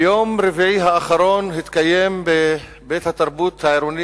ביום שבת האחרון התקיים בבית-התרבות העירוני